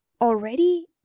already